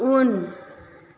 उन